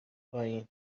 پایین